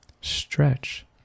stretch